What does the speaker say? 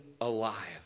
alive